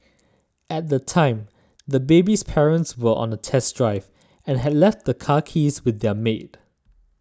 at the time the baby's parents were on a test drive and had left the car keys with their maid